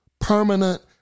permanent